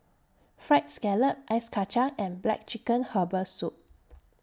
Fried Scallop Ice Kacang and Black Chicken Herbal Soup